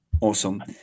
Awesome